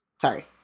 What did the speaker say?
Sorry